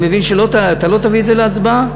אני מבין שאתה לא תביא את זה להצבעה?